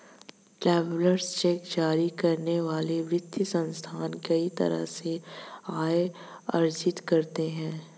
travellers cheque जारी करने वाले वित्तीय संस्थान कई तरह से आय अर्जित करते हैं